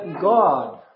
God